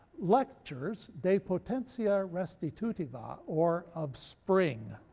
lectures, de potentia restitutiva, or of spring,